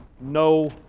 no